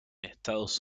estados